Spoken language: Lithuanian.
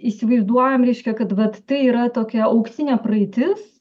įsivaizduojam reiškia kad vat tai yra tokia auksinė praeitis